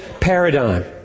paradigm